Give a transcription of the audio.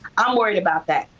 i'm worried about that.